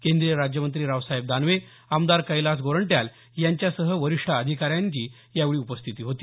केंद्रीय राज्यमंत्री रावसाहेब दानवे आमदार कैलाश गोरंट्याल यांच्यासह वरिष्ठ अधिकाऱ्यांची यावेळी उपस्थिती होती